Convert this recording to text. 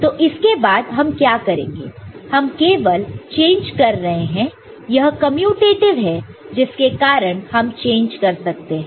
तो इसके बाद हम क्या करेंगे हम केवल चेंज कर रहे हैं यह कमयुटेटिव है जिसके कारण हम चेंज कर सकते हैं